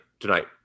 tonight